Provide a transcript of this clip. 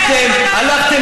אל תהיה